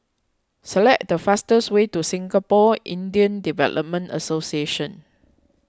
select the fastest way to Singapore Indian Development Association